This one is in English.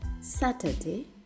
Saturday